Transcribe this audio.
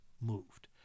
moved